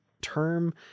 term